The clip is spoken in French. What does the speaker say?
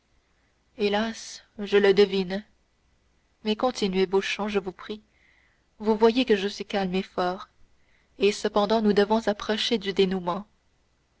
hélas je le devine mais continuez beauchamp je vous prie vous voyez que je suis calme et fort et cependant nous devons approcher du dénouement